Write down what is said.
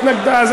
התנגדה.